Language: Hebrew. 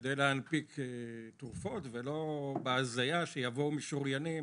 כדי להנפיק תרופות, ולא בהזיה שיבואו משוריינים